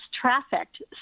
trafficked